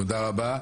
תודה רבה.